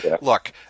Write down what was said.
Look